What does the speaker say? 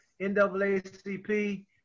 NAACP